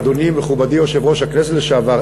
אדוני מכובדי יושב-ראש הכנסת לשעבר,